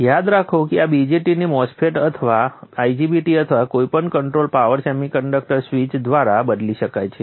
યાદ રાખો કે આ BJT ને MOSFET અથવા IGBT અથવા કોઈપણ કન્ટ્રોલ્ડ પાવર સેમિકન્ડક્ટર સ્વીચ દ્વારા બદલી શકાય છે